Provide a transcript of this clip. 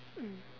mm